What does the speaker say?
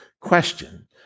question